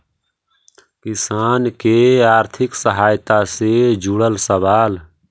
किसान के आर्थिक सहायता से जुड़ल सवाल?